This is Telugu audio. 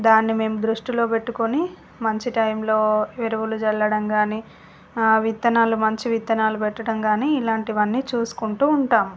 దాన్ని మేము దృస్టిలో పెట్టుకుని మంచి టైంలో ఎరువులు జల్లడం కానీ విత్తనాలు మంచి విత్తనాలు పెట్టడం కాని ఇలాంటివన్నీ చూసుకుంటూ ఉంటాం